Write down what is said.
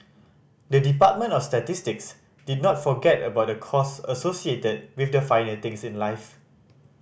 the Department of Statistics did not forget about the cost associated with the finer things in life